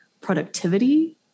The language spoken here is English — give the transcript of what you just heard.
productivity